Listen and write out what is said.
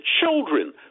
children